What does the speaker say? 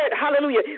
hallelujah